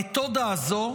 -- במתודה הזאת,